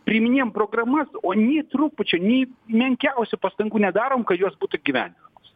priiminėjam programas o nė trupučio nė menkiausių pastangų nedarom kai juos būtų įgyvendinamos